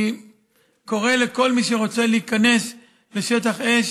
אני קורא לכל מי שרוצה להיכנס לשטח אש,